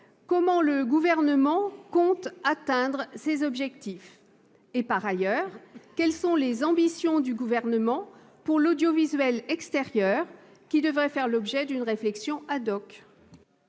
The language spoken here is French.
comment le Gouvernement compte atteindre ses objectifs ? Par ailleurs, quelles sont les ambitions du Gouvernement pour l'audiovisuel extérieur, qui devrait faire l'objet d'une réflexion ?